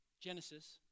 Genesis